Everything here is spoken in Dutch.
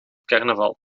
carnaval